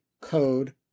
code